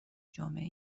جامعه